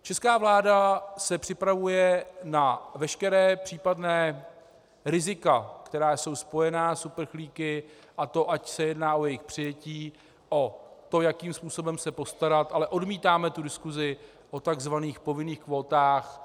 Česká vláda se připravuje na veškerá případná rizika, která jsou spojena s uprchlíky, a to ať se jedná o jejich přijetí, o to, jakým způsobem se postarat, ale odmítáme diskusi o tzv. povinných kvótách.